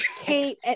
Kate